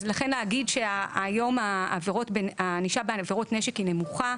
אז לכן להגיד שהיום הענישה בעבירות נשק היא נמוכה,